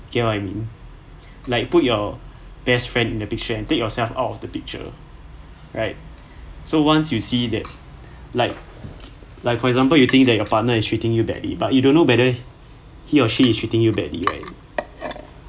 you get what I mean like put your best friend in the picture and take yourself out of the picture right so once you see that like like for example you think that your partner is cheating you badly but you don't know he or she is cheating you badly right